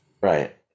Right